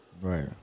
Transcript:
Right